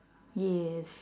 yes